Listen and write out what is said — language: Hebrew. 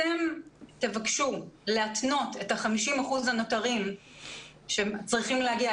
אתם תבקשו להתנות את ה-50 אחוזים הנותרים שצריכים להגיע,